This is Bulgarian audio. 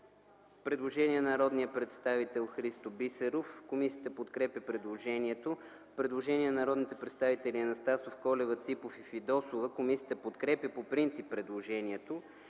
Предложение от народния представител Христо Бисеров. Комисията подкрепя предложението. Предложение от народните представители Анастасов, Колева, Ципов и Фидосова. Комисията подкрепя по принцип предложението.